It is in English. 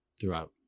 throughout